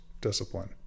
discipline